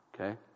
Okay